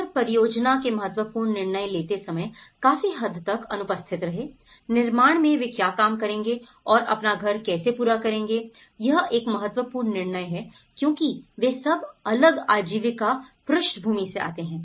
परिवार परियोजना के महत्वपूर्ण निर्णय लेते समय काफी हद तक अनुपस्थित रहे निर्माण में वे क्या काम करेंगे और अपना घर कैसे पूरा करेंगे यह एक महत्वपूर्ण निर्णय है क्योंकि वे सब अलग आजीविका पृष्ठभूमि से आते हैं